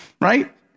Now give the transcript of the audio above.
right